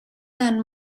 dan